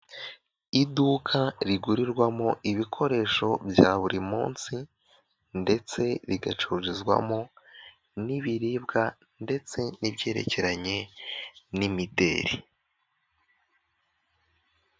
Iduka rigurirwamo ibikoresho bya buri munsi, ndetse rigacururizwamo n'ibiribwa ndetse n'ibyerekeranye n'imideli.